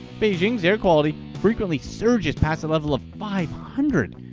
beijing's air quality frequently surges past a level of five hundred,